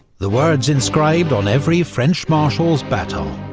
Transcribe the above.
the words inscribed on every french marshal's baton.